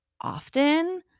often